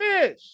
fish